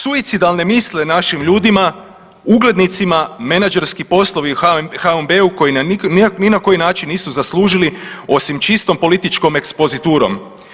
Suicidalne misli našim ljudima, uglednicima, menadžerski poslovi u HNB-u koji ni na koji način nisu zaslužili osim čistom političkom ekspoziturom.